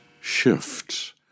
shifts